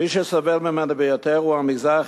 מי שסובל ממנה ביותר הוא המגזר החרדי,